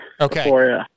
Okay